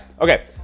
okay